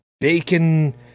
bacon